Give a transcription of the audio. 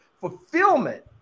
Fulfillment